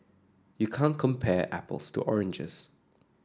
you can't compare apples to oranges